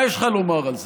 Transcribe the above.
מה יש לך לומר על זה?